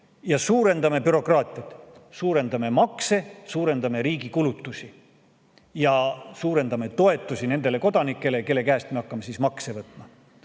ja suurendame bürokraatiat, suurendame makse, suurendame riigi kulutusi ja suurendame toetusi nendele kodanikele, kelle käest me hakkame makse võtma.